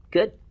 Good